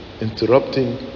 interrupting